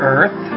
Earth